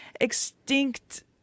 extinct